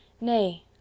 Nay